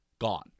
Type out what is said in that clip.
Gone